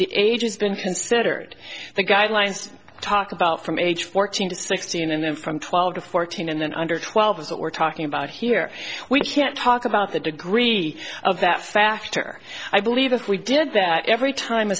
the agents been considered the guidelines talk about from age fourteen to sixteen and then from twelve to fourteen and then under twelve is what we're talking about here we can't talk about the degree of that factor i believe if we did that every time